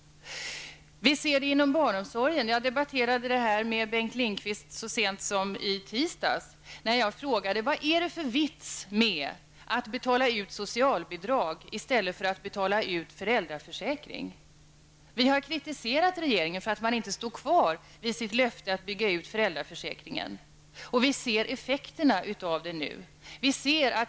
Vi ser det också inom barnomsorgen. Jag debatterade det här med Bengt Lindqvist så sent som i tisdags. Jag frågade: Vad är det för vits med att betala ut socialbidrag i stället för att betala ut föräldraförsäkring? Vi har kritiserat regeringen för att den inte står kvar vid sitt löfte att bygga ut föräldraförsäkringen. Nu ser vi effekterna.